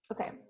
Okay